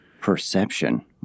Perception